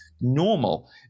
normal